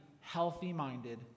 healthy-minded